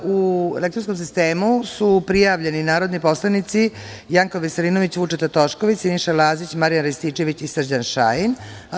U elektronskom sistemu su prijavljeni narodni poslanici: Janko Veselinović, Vučeta Tošković, Siniša Lazić, Marijan Rističević i Srđan Šajn.